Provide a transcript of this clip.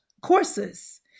courses